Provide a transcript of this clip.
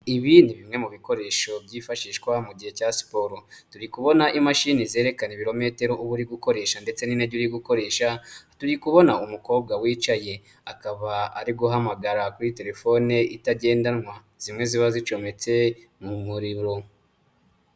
Ibi ni bimwe mu bikoresho byifashishwa mu gihe cya siporo. Turi kubona imashini zerekana ibirometero uba uri gukoresha ndetse n'intege uri gukoresha, turi kubona umukobwa wicaye akaba ari guhamagara kuri telefone itagendanwa zimwe ziba zicometse mu muriro.